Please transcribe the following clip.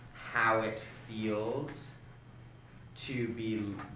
how it feels to be